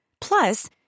Plus